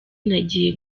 nagiye